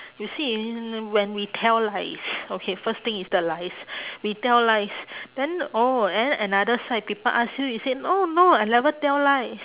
you see when we tell lies okay first thing is the lies we tell lies then oh and then another side people ask you you say oh no I never tell lies